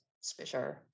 special